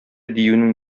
диюнең